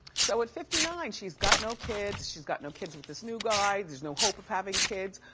so at fifty nine, she's got no kids, she's got no kids with this new guy, there's no hope of having kids.